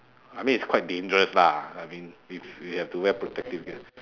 I mean it's quite dangerous lah I mean if you have to wear protective gear